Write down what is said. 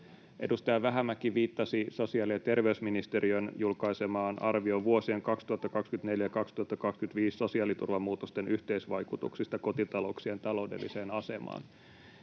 Edustaja Vähämäki viittasi sosiaali- ja terveysministeriön julkaisemaan arvioon vuosien 2024—2025 sosiaaliturvamuutosten yhteisvaikutuksista kotitalouksien taloudelliseen asemaan.